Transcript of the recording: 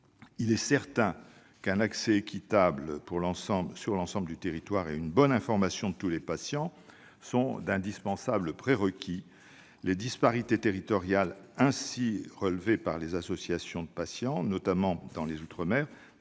il est certain qu'un accès équitable sur l'ensemble du territoire et une bonne information de tous les patients sont d'indispensables prérequis. Les disparités territoriales, aussi relevées par les associations de patients, notamment dans les outre-mer,